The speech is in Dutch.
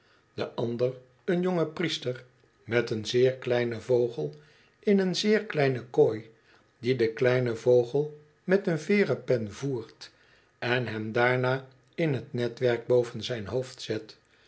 de ander een jonge priester met een zeer kleinen vogel in een zeer kleine kooi die den kleinen vogel met een veeren pen voert en hem daarna in t netwerk boven y ijn hoofd zet